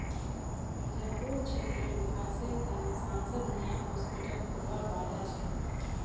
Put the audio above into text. मिर्जापुर क्षेत्रेर विकासेर त न सांसद नया हॉस्पिटल खोलवार वादा छ